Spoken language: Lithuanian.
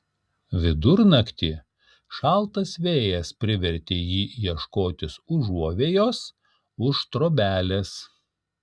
vidurnaktį šaltas vėjas privertė jį ieškotis užuovėjos už trobelės